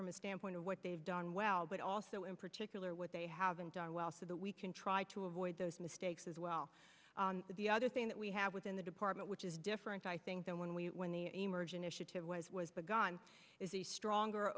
from a standpoint of what they've done well but also in particular what they haven't done well so that we can try to avoid those mistakes as well the other thing that we have within the department which is different i think than when we when the emerge an issue to it was was the gun is the stronger